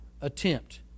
attempt